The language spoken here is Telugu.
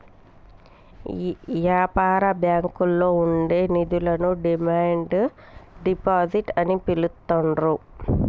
యాపార బ్యాంకుల్లో ఉండే నిధులను డిమాండ్ డిపాజిట్ అని పిలుత్తాండ్రు